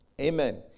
Amen